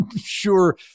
sure